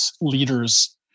leaders